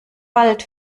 wald